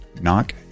knock